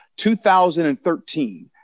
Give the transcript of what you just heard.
2013